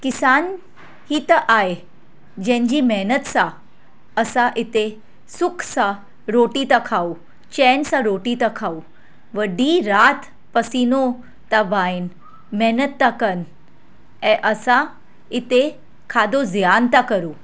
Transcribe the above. किसान ई त आहे जंहिंजी महिनत सा असां हिते सुख सां रोटी था खाऊं चैन सां रोटी था खाऊं उहो डींहुं राति पसीनो था वाइनि महिनत था कनि ऐं असां इते खाधो ज़ियान था करूं